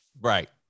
Right